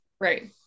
right